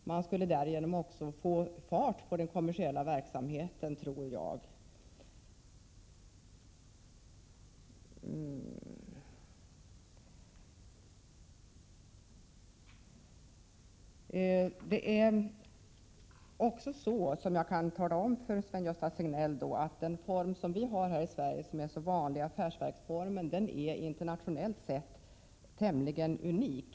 Man skulle nog därigenom få fart på den kommersiella verksamheten. Jag kan också tala om för Sven-Gösta Signell att den form som är så vanlig här i Sverige, affärsverksformen, internationellt sett är tämligen unik.